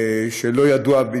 שלא ידוע,